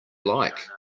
like